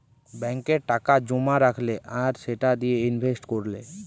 ব্যাংকে টাকা জোমা রাখলে আর সেটা দিয়ে ইনভেস্ট কোরলে